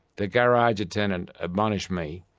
the garage attendant admonished me,